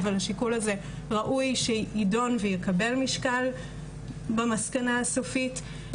אבל השיקול הזה ראוי שידון ויקבל משקל במסקנה הסופית.